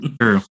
true